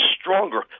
stronger